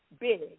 big